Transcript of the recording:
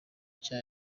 nshya